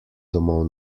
domov